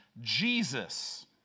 Jesus